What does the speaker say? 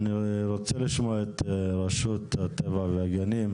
אני רוצה לשמוע את רשות הטבע והגנים.